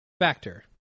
factor